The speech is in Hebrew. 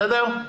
בסדר?